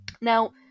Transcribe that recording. now